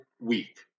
week